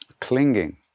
clinging